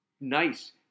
nice